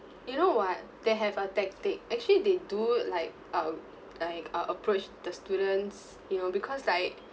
you know what they have a tactic actually they do like uh like ap~ approach the students you know because like